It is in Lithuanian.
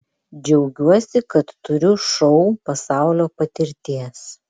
džiaugiuosi kad turiu šou pasaulio patirties